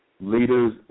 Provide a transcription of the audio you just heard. Leaders